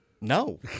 No